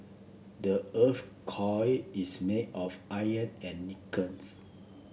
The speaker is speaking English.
the earth's core is made of iron and nickels